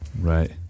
Right